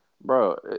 bro